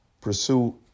pursue